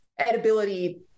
edibility